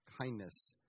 kindness